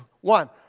One